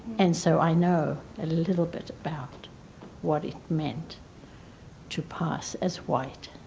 and so, i know a little bit about what it meant to pass as white